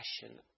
passion